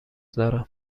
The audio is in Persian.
دارم